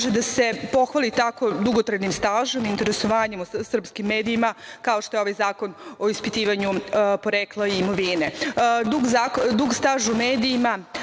da se pohvali tako dugotrajnim stažom, interesovanjem srpskih medija, kao što je ovaj zakon o ispitivanju porekla imovine. Dug staž u medijima,